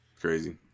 Crazy